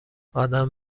ادم